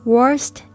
Worst